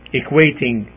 equating